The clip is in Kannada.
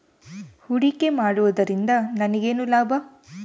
ಹೂಡಿಕೆ ಮಾಡುವುದರಿಂದ ನನಗೇನು ಲಾಭ?